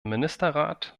ministerrat